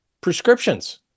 prescriptions